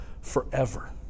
forever